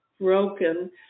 broken